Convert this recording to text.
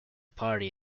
party